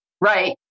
Right